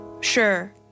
Sure